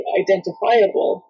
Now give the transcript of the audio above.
identifiable